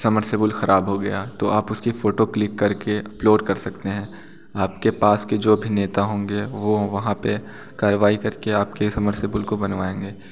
ख़राब हो गया आप उसकी फ़ोटो क्लिक कर के अपलोड कर सकते हैं आप के पास के जो भी नेता होंगे वो वहाँ पर कारवाई कर के आप के को बन बाएंगे